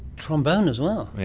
trombone as well. yeah